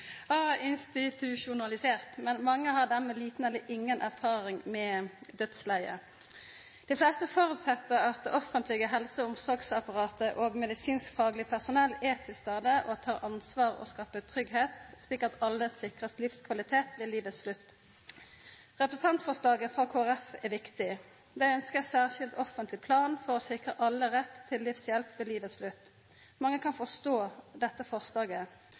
institusjonalisert. Mange har difor lita eller inga erfaring med dødsleiet. Dei fleste føreset at det offentlege helse- og omsorgsapparatet og medisinsk-fagleg personell er til stades og tek ansvar og skaper tryggleik, slik at alle kan sikrast livskvalitet ved livets slutt. Representantforslaget frå Kristeleg Folkeparti er viktig. Dei ønskjer ein særskild offentleg plan for å sikra alle rett til livshjelp ved livets slutt. Mange kan forstå dette forslaget.